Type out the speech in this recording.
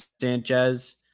Sanchez